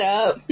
up